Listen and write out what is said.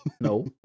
No